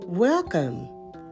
Welcome